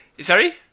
Sorry